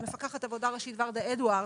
לפי מפקחת העבודה הראשית ורדה אדוארדס,